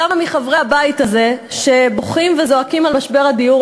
כמה מחברי הבית הזה שבוכים וזועקים על משבר הדיור,